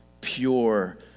pure